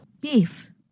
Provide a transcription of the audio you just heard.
Beef